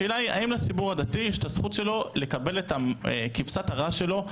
השאלה היא האם לציבור הדתי יש את הזכות שלו לקבל את כבשת הרש שלו?